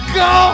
go